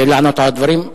לענות לה על הדברים.